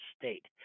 state